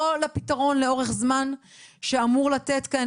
לא לפתרון לאורך זמן שאמור לתת כאן